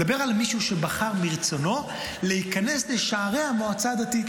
אני מדבר על מישהו שבחר מרצונו להיכנס לשערי המועצה הדתית.